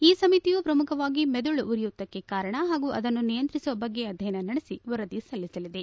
ಈ ಸಮಿತಿಯು ಪ್ರಮುಖವಾಗಿ ಮೆದುಳು ಉರಿಯೂತಕ್ಕೆ ಕಾರಣ ಹಾಗೂ ಅದನ್ನು ನಿಯಂತ್ರಿಸುವ ಬಗ್ಗೆ ಅಧ್ಯಯನ ನಡೆಸಿ ವರದಿ ಸಲ್ಲಿಸಲಿದೆ